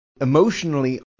emotionally